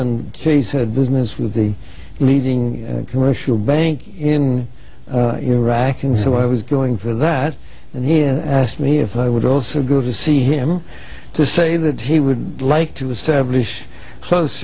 and he said business with the leading commercial bank in iraq and so i was going for that and he asked me if i would also good to see him to say that he would like to establish close